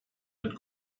mit